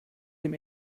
dem